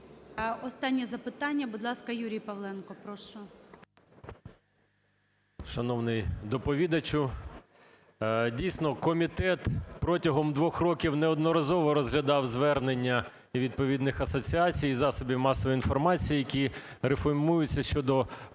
Останнє запитання, будь ласка, Юрій Павленко. Прошу. 12:53:22 ПАВЛЕНКО Ю.О. Шановний доповідачу, дійсно комітет протягом двох років неодноразово розглядав звернення відповідних асоціацій, засобів масової інформації, які реформуються, щодо